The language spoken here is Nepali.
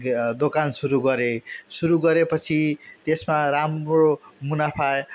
ग दोकान सुरु गरेँ सुरु गरे पछि त्यसमा राम्रो मुनाफा